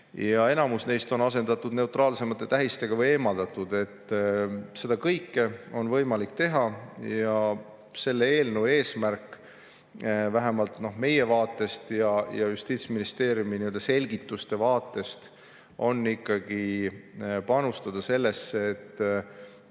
Enamik neist on asendatud neutraalsemate tähistega või on eemaldatud. Seda kõike on võimalik teha. Selle eelnõu eesmärk vähemalt meie vaatest ja Justiitsministeeriumi selgituste vaatest on ikkagi panustada sellesse, et